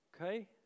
okay